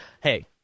Hey